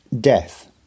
Death